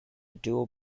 dual